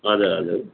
हजुर हजुर